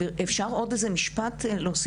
אפשר עוד איזה משפט להוסיף?